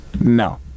No